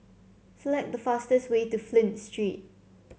select the fastest way to Flint Street